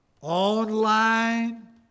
online